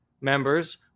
members